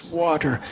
water